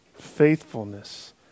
faithfulness